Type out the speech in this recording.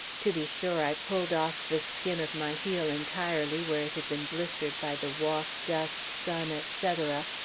to be sure i pulled off the skin of my heel entirely, where it had been blistered by the walk, dust, sun, etc,